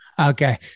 Okay